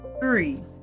three